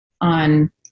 on